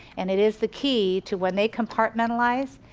and it is the key to when they compartmentalize,